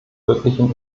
wirklichen